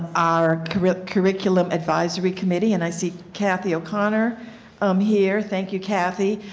our curriculum advisory committee, and i see kathi o'connor um here, thank you, kathi,